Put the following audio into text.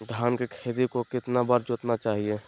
धान के खेत को कितना बार जोतना चाहिए?